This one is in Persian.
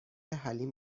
حلیم